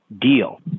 deal